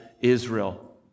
Israel